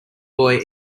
boy